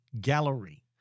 gallery